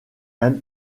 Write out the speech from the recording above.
and